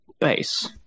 base